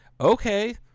Okay